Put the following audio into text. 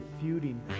feuding